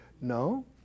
No